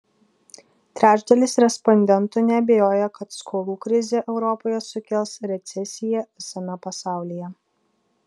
trečdalis respondentų neabejoja kad skolų krizė europoje sukels recesiją visame pasaulyje